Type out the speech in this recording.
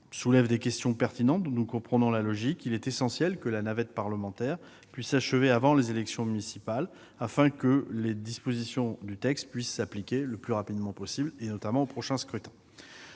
soulèvent des questions pertinentes dont nous comprenons la logique, il est essentiel que la navette parlementaire puisse s'achever avant les élections municipales, afin que les dispositions prévues puissent s'appliquer le plus rapidement possible, notamment au prochain scrutin.